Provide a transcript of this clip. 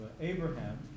Abraham